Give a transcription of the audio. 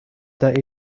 that